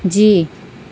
جی